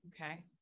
Okay